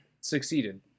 succeeded